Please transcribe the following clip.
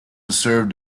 served